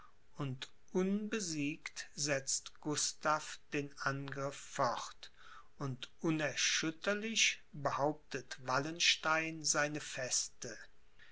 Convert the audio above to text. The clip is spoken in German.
und unbesiegt setzt gustav den angriff fort und unerschütterlich behauptet wallenstein seine feste